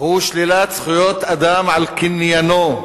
הוא שלילת זכויות אדם על קניינו,